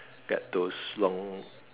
get those long